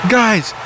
guys